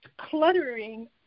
cluttering